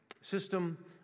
system